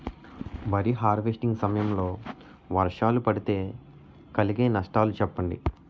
వరి హార్వెస్టింగ్ సమయం లో వర్షాలు పడితే కలిగే నష్టాలు చెప్పండి?